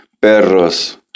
perros